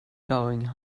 going